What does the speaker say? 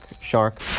shark